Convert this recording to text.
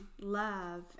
love